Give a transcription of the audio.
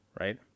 right